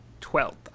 twelfth